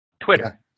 Twitter